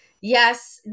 Yes